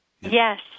Yes